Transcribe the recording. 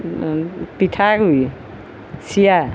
পিঠাগুড়ি চিৰা